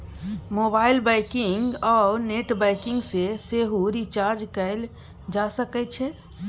mobile banking आ net banking सँ सेहो रिचार्ज कएल जा सकै छै